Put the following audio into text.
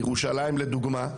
בירושלים לדוגמה,